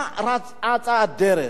מה אצה הדרך?